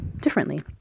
differently